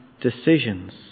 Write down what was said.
decisions